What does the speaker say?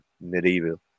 medieval